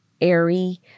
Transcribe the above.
airy